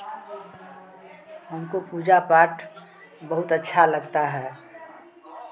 हमको पूजा पाठ बहुत अच्छा लगता है